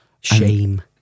Shame